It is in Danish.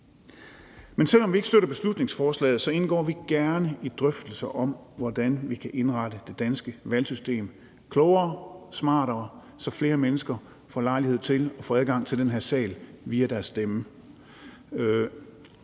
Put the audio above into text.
Men selv om vi ikke støtter beslutningsforslaget, indgå vi gerne i drøftelser om, hvordan vi kan indrette det danske valgsystem klogere og smartere, så flere mennesker får lejlighed til at få adgang til den her sal via deres stemme.